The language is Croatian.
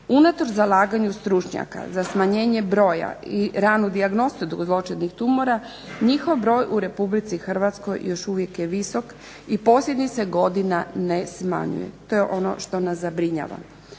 Unatoč zalaganju stručnjaka za smanjenje broja i ranu dijagnostiku zloćudnih tumora, njihov broj u Republici Hrvatskoj još uvijek je visok i posljednjih se godina ne smanjuje. To je ono što nas zabrinjava.